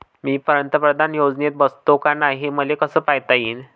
मी पंतप्रधान योजनेत बसतो का नाय, हे कस पायता येईन?